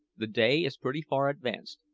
the day is pretty far advanced,